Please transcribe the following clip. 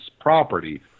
property